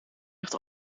ligt